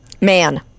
Man